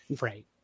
Right